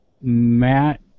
Matt